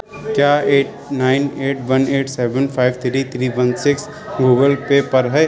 کیا eight nine eight one eight seven five three three one six Google Pay پر ہے